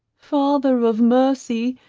father of mercy,